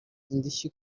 indishyi